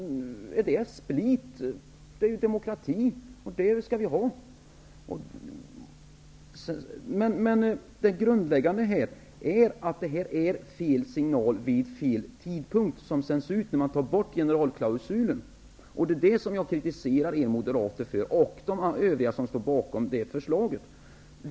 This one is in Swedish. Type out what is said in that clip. Är det att så split? Nej, det är ju demokrati, och det skall vi ha. Det grundläggande är att det har sänts ut fel signal vid fel tidpunkt, när man nu vill ta bort generalklausulen. Det är det som jag kritisererar er moderater och övriga som står bakom det här förslaget för.